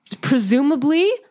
presumably